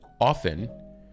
Often